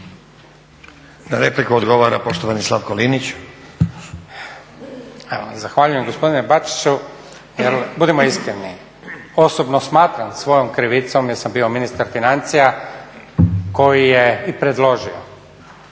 Na repliku odgovara poštovani Slavko Linić. **Linić, Slavko (Nezavisni)** Zahvaljujem. Gospodine Bačiću, budimo iskreni. Osobno smatram svojom krivicom jer sam bio ministar financija, koji je i predložio